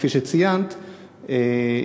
כפי שציינת,